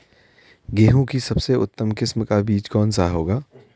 गेहूँ की सबसे उत्तम किस्म का बीज कौन सा होगा?